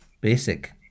basic